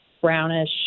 brownish